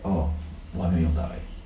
oh 我还没有到的 eh